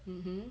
mmhmm